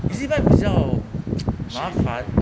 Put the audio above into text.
E_Z buy 比较 麻烦 ah